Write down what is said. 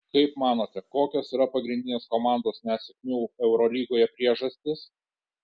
kaip manote kokios yra pagrindinės komandos nesėkmių eurolygoje priežastys